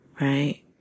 Right